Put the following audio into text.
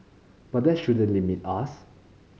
but that shouldn't limit us